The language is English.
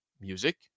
music